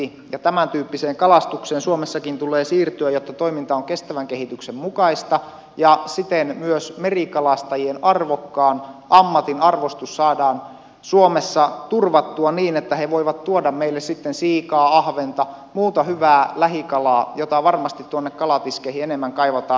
tämän tyyppiseen kalastukseen suomessakin tulee siirtyä jotta toiminta on kestävän kehityksen mukaista ja siten myös merikalastajien arvokkaan ammatin arvostus saadaan suomessa turvattua niin että he voivat tuoda meille sitten siikaa ahventa muuta hyvää lähikalaa jota varmasti tuonne kalatiskeihin enemmän kaivataan